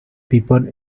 people